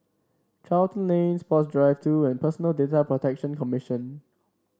Charlton Lane Sports Drive Two and Personal Data Protection Commission